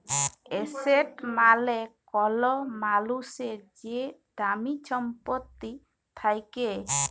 asset মালে কল মালুসের যে দামি ছম্পত্তি থ্যাকে